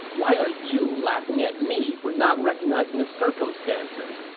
why are you laughing at me for not recognizing the circumstances?